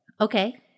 Okay